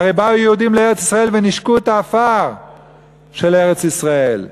הרי באו יהודים לארץ-ישראל ונישקו את העפר של ארץ-ישראל,